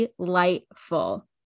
delightful